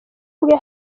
bwe